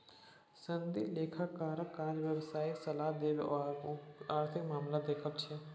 सनदी लेखाकारक काज व्यवसायिक सलाह देब आओर आर्थिक मामलाकेँ देखब छै